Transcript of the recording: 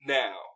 now